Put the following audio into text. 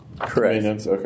Correct